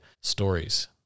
stories